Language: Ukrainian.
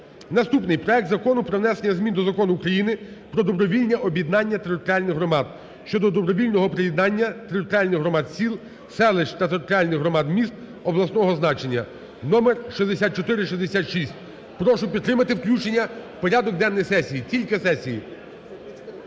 Наступний: проект Закону про внесення змін до Закону України "Про добровільне об'єднання територіальних громад" щодо добровільного приєднання територіальних громад сіл, селищ до територіальних громад міст обласного значення (№ 6466). Прошу підтримати включення в порядок денний сесії, тільки сесії.